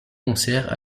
concerts